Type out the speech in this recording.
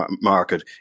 market